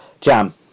Jam